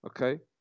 Okay